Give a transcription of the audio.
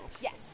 Yes